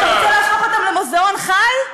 אתה רוצה להפוך אותם למוזיאון חי?